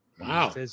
Wow